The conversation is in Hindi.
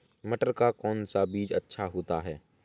मटर का कौन सा बीज अच्छा होता हैं?